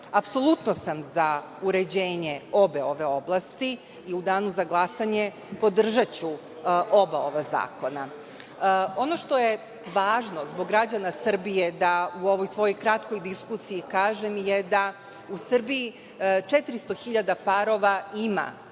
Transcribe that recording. Srbije. Apsolutno sam za uređenje obe ove oblasti i u danu za glasanje podržaću oba ova zakona. Ono što je važno zbog građana Srbije da u ovoj svojoj kratkoj diskusiji kažem je da u Srbiji 400.000 parova ima